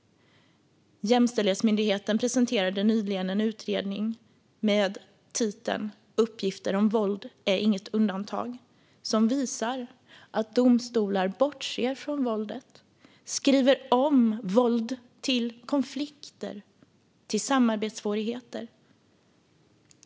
Jämställdhetsmyndigheten presenterade nyligen en utredning med titeln Uppgifter om våld är inget undantag . Den visar att domstolar bortser från våldet och skriver om ordet våld till "konflikter" och "samarbetssvårigheter".